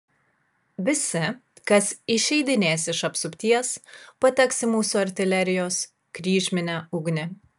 visi kas išeidinės iš apsupties pateks į mūsų artilerijos kryžminę ugnį